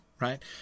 right